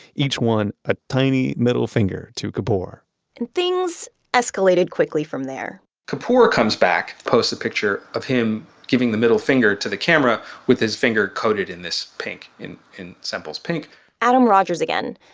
each one a tiny middle finger to kapoor and things escalated quickly from there kapoor comes back, posts a picture of him giving the middle finger to the camera with his finger coated in this pink, in in semple's pink adam rogers, again.